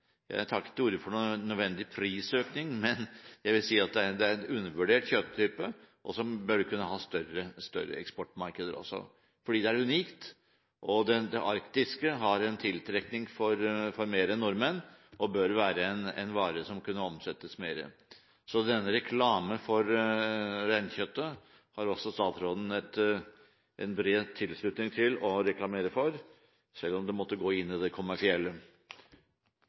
Jeg tar ikke til orde for noen nødvendig prisøkning, men jeg vil si det er en undervurdert kjøtt-type som burde ha et større eksportmarked fordi det er unikt. Det arktiske har en tiltrekning på flere enn nordmenn, og dette burde være en vare som det kunne omsettes mer av. Så også når det gjelder å reklamere for reinkjøtt, har statsråden en bred tilslutning, selv om det måtte gå inn i det